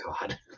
God